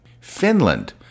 Finland